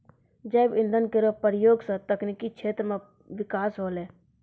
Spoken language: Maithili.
जैव इंधन केरो प्रयोग सँ तकनीकी क्षेत्र म बिकास होलै